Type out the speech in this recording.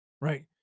Right